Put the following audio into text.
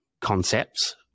concepts